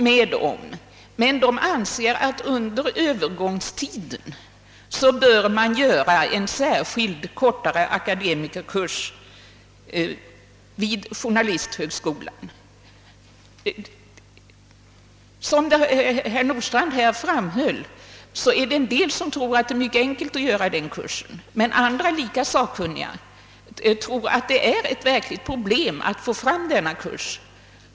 De anser dock att det under övergångstiden bör anordnas en kortare akademikerkurs vid journalisthögskolan. Som herr Nordstrandh framhöll tror en del att det är mycket enkelt att få en sådan kurs till stånd. Andra lika sakkunniga tror att det blir problematiskt att få fram denna kurs.